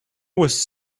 was